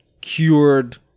cured